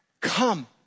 come